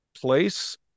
place